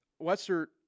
Wester